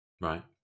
Right